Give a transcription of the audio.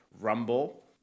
Rumble